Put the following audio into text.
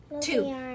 Two